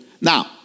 Now